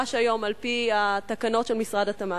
שנדרש היום על-פי התקנות של משרד התמ"ת.